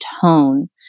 tone